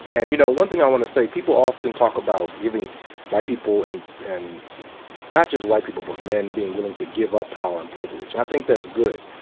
and you know, one thing i want to say, people often talk about giving white people, and and not just white people but men being willing to give up power and privilege. and i think that's good.